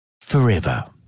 forever